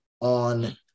on